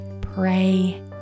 pray